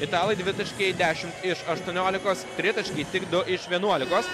italai dvitaškiai dešimt iš aštuoniolikos tritaškiai tik du iš vienuolikos